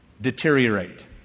deteriorate